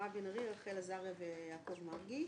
מירב בן ארי, רחל עזריה ויעקב מרגי.